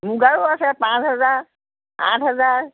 মুগাৰো আছে পাঁচ হেজাৰ আঠ হেজাৰ